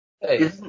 Hey